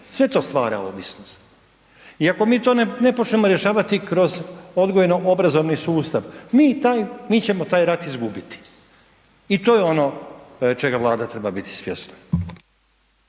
sve to stvara ovisnost i ako mi to ne počnemo rješavati kroz odgojno obrazovni sustav, mi taj, mi ćemo taj rat izgubiti i to je ono čega Vlada treba biti svjesna.